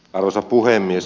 arvoisa puhemies